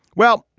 well,